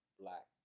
black